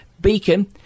Beacon